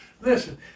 Listen